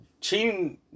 Cheating